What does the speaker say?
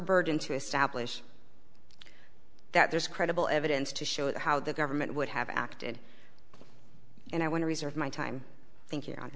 burden to establish that there's credible evidence to show how the government would have acted and i want to reserve my time thinking on